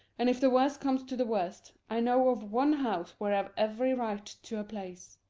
and if the worst comes to the worst, i know of one house where i've every right to a place.